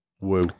Woo